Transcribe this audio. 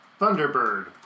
Thunderbird